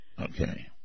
Okay